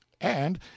And